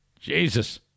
Jesus